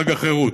חג החירות: